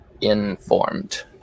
informed